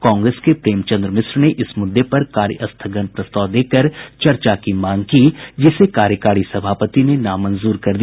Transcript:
कांग्रेस के प्रेमचन्द्र मिश्र ने इस मुद्दे पर कार्यस्थगन प्रस्ताव देकर चर्चा की मांग की जिसे कार्यकारी सभापति ने नामंजूर कर दिया